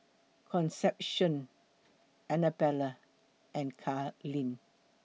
Concepcion Anabella and Carleen